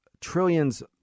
trillions